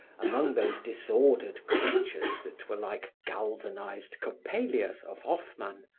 among those disordered creatures that were like galvanized coppelias of hoffmann,